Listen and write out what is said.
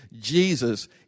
Jesus